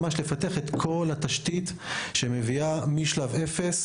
ממש לפתח את כל התשתית שמביאה משלב אפס